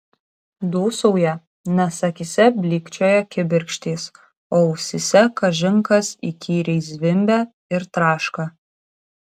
dūsauja nes akyse blykčioja kibirkštys o ausyse kažin kas įkyriai zvimbia ir traška